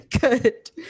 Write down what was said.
Good